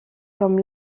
comme